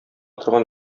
торган